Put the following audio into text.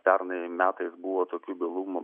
pernai metais buvo tokių bylų